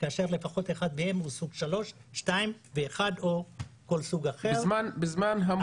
כאשר לפחות אחד מהם הוא סוג 3,2 ו-1 או כל סוג אחר -- בזמן המוכרז